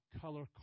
color